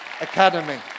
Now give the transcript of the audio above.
Academy